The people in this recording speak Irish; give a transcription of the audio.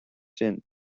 sin